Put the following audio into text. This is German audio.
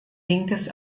linkes